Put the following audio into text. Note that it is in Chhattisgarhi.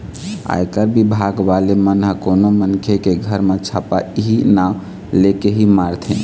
आयकर बिभाग वाले मन ह कोनो मनखे के घर म छापा इहीं नांव लेके ही मारथे